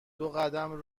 دوقدم